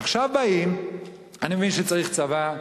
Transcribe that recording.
עכשיו באים, אני מבין שצריך צבא,